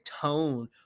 tone